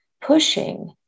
pushing